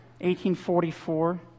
1844